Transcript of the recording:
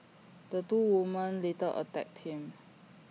the two women later attacked him